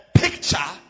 picture